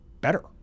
better